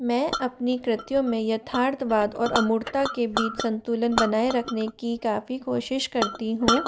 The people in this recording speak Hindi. मैं अपनी कृतियों में यथार्थ बात और अमूर्तता के बीच संतुलन बनाए रखने की काफी कोशिश करती हूँ